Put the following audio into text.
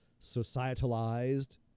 societalized